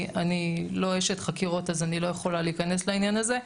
אני לא אשת חקירות אז אני לא יכולה להיכנס לעניין הזה,